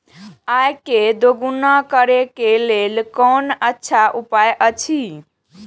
आय के दोगुणा करे के लेल कोन अच्छा उपाय अछि?